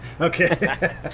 Okay